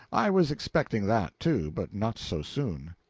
i was expecting that, too, but not so soon.